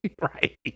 Right